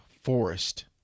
forest